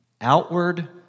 Outward